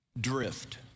drift